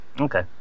Okay